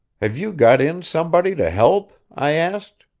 have you got in somebody to help? i asked.